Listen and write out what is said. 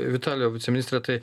vitalijau viceministre tai